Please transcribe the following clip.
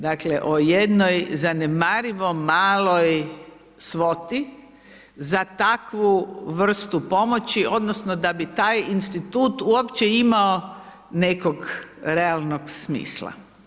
Dakle, o jednoj zanemarivo maloj svoti za takvu vrstu pomoći, onda, da bi taj institut uopće imao nekog realnog smisla.